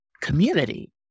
community